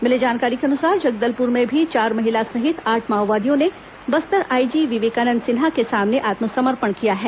मिली जानकारी के अनुसार जगदलपुर में भी चार महिला सहित आठ माओवादियों ने बस्तर आईजी विवेकानंद सिन्हा के सामने आत्मसमर्पण किया है